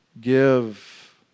give